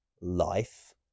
life